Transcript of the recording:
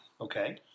Okay